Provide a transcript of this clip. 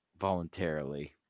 voluntarily